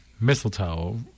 mistletoe